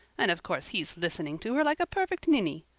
and of course he's listening to her like a perfect ninny.